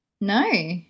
No